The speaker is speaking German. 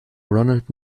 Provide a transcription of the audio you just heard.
ronald